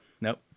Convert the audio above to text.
Nope